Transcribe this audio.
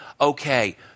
okay